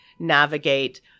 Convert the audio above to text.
navigate